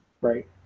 Right